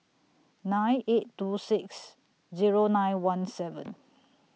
nine eight two six Zero nine one seven